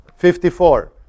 54